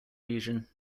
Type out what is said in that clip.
region